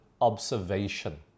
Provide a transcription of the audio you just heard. Observation